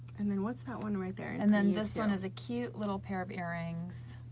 and then what's that one right there? and then this one is a cute little pair of earrings